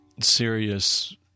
serious